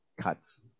cuts